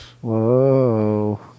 Whoa